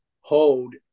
hold